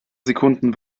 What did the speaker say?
sekunden